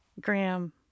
graham